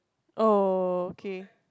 oh okay